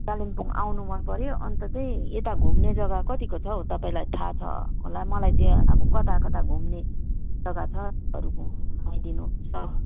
कालिम्पोङ आउनु मनपर्यो अन्त तै यता घुम्ने जग्गा कतिको छ हौ तपाईँलाई थाहा छ होला मलाई त्यहाँ अब कता कता घुम्ने जग्गा छहरू घुमाइदिनु होस् ल